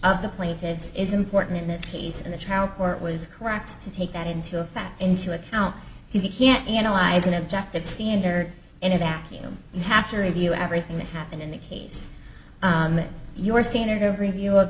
of the plaintiffs is important in this case and the trial court was correct to take that into effect into account he can't analyze an objective standard in a vacuum you have to review everything that happened in the case that your standard of review of